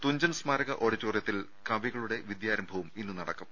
തുഞ്ചൻ സ്മാരക ഓഡിറ്റോ റിയത്തിൽ കവികളുടെ വിദ്യാരംഭവും നടക്കും